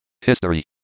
History